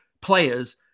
players